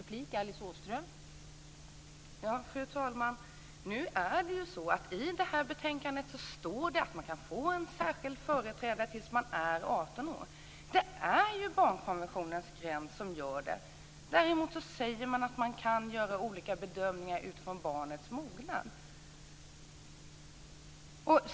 Fru talman! I betänkandet står det ju att man kan få en särskild företrädare tills man är 18 år. Det är barnkonventionens gräns. Däremot säger man att man kan göra olika bedömningar utifrån barnets mognad.